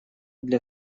для